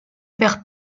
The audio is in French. perd